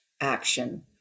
action